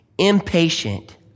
Impatient